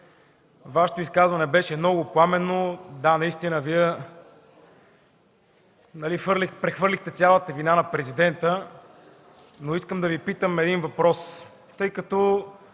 Вашето изказване беше много пламенно. Да, наистина Вие прехвърлихте цялата вина на президента, но искам да Ви задам един въпрос.